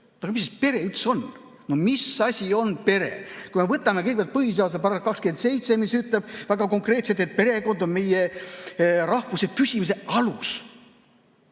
Aga mis siis pere üldse on? Mis asi on pere? Võtame kõigepealt põhiseaduse § 27, mis ütleb väga konkreetselt, et perekond on meie rahvuse püsimise alus.